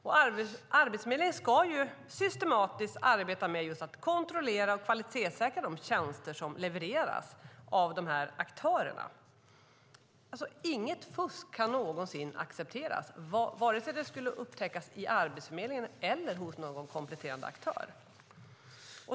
Och Arbetsförmedlingen ska systematiskt arbeta med att just kontrollera och kvalitetssäkra de tjänster som levereras av de kompletterande aktörerna. Inget fusk kan någonsin accepteras, vare sig det skulle upptäckas hos Arbetsförmedlingen eller hos någon kompletterande aktör.